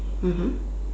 mmhmm